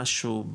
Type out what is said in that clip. משהו,